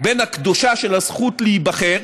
בין הקדושה של הזכות להיבחר